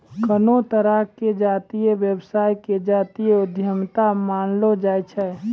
कोनो तरहो के जातीय व्यवसाय के जातीय उद्यमिता मानलो जाय छै